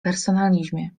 personalizmie